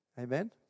Amen